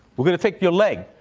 we're going to take your leg.